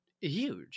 huge